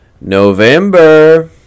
November